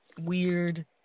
weird